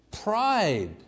Pride